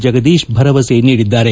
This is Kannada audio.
ಜಗದೀಶ್ ಭರವಸ ನೀಡಿದ್ದಾರೆ